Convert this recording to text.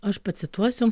aš pacituosiu